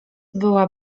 była